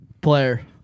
Player